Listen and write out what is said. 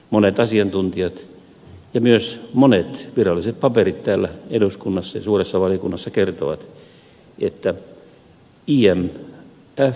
monet asiantuntijat ja myös monet viralliset paperit täällä eduskunnassa ja suuressa valiokunnassa kertovat että imf ei niihin usko